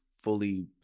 fully